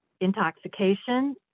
intoxication